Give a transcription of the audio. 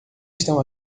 estão